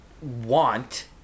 want